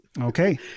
Okay